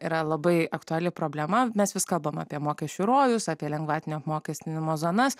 yra labai aktuali problema mes vis kalbam apie mokesčių rojus apie lengvatinio apmokestinimo zonas